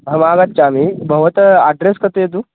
अहमागच्छामि भवतः अड्रस् कथयतु